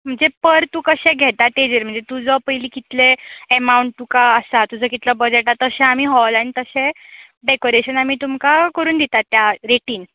म्हणजे पर तूं कशें घेता तेजेर म्हणजे तुजो पयली कितले अमावंट तुका आसा तुजो किदें बजेट आसा तशें आमी हॉल आनी तशें डेकोरेशन आमी तुमकां करून दितात त्या रेटीन